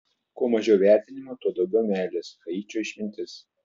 kuo mažiau vertinimo tuo daugiau meilės haičio išmintis